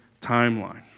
timeline